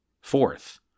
fourth